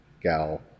Gal